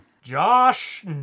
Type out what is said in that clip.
Josh